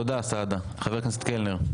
תודה, חבר הכנסת סעדה.